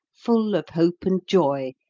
full of hope and joy,